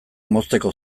mozteko